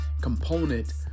component